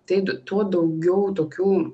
tai tuo daugiau tokių